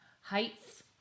Heights